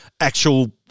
actual